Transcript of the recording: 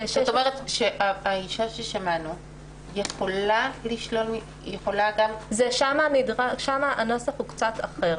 כלומר האישה ששמענו אותה יכולה לשלול --- הנוסח שם קצת אחר.